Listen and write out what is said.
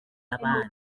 n’abandi